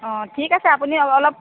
অঁ ঠিক আছে আপুনি অলপ